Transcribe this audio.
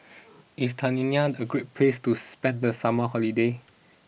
is Tanzania a great place to spend the summer holiday